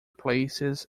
places